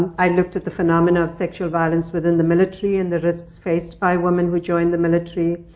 i looked at the phenomena of sexual violence within the military, and the risks faced by women who join the military.